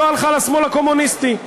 לא הלכה לשמאל הקומוניסטי.